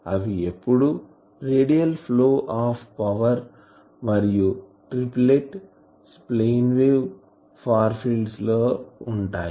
అవి ఎప్పుడు పవర్ యొక్క రేడియల్ ఫ్లో మరియు triplet plane waves far field లో ఉంటాయి